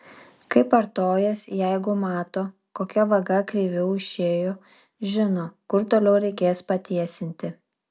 kaip artojas jeigu mato kokia vaga kreiviau išėjo žino kur toliau reikės patiesinti